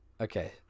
Okay